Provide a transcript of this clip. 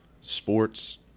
sports